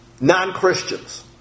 Non-Christians